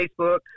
Facebook